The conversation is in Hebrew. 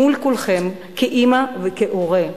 מול כולכם, כאמא, כהורה.